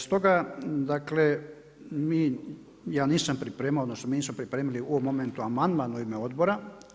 Stoga dakle mi, ja nisam pripremao, odnosno mi nismo pripremili u ovom momentu amandman u ime odbora.